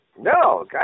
No